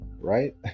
right